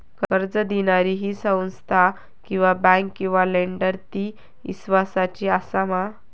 कर्ज दिणारी ही संस्था किवा बँक किवा लेंडर ती इस्वासाची आसा मा?